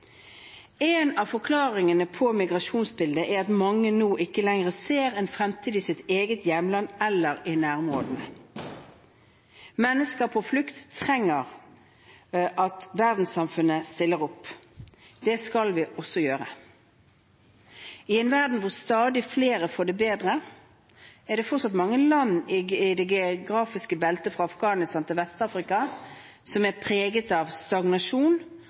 av forklaringene på migrasjonsbildet er at mange nå ikke lenger ser en fremtid i sitt eget hjemland eller i nærområdene. Mennesker på flukt trenger at verdenssamfunnet stiller opp. Det skal vi også gjøre. I en verden hvor stadig flere får det bedre, er det fortsatt mange land i et geografisk belte fra Afghanistan til Vest-Afrika som er preget av stagnasjon